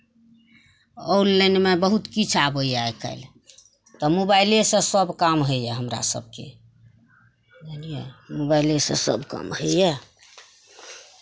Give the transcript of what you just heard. ऑनलाइनमे बहुत किछु आबैए आइ काल्हि तऽ मोबाइलेसँ सभ काम होइए हमरा सभके बुझलियै मोबाइलेसँ सभ काम होइए